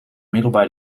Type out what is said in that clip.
middelbaar